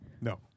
No